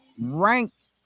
ranked